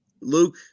Luke